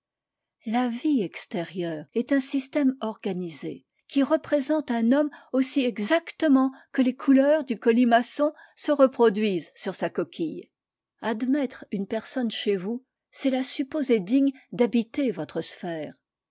la vie extérieure est un système organisé qui représente un lioniuie aussi exactement que les couleurs du colimaçon se reproduisent sur sa coquille admettre une personne chez vous c'est la supposer digne d'habiter votre sphère